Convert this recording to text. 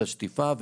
את השטיפה,